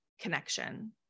connection